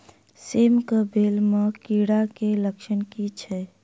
सेम कऽ बेल म कीड़ा केँ लक्षण की छै?